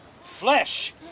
flesh